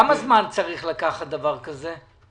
כמה זמן צריך לקחת דבר כזה?